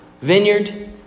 vineyard